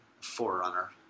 Forerunner